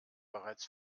bereits